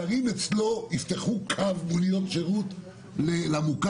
שרים אצלו יפתחו קו מוניות שירות למוקטעה?